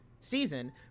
season